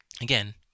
again